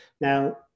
Now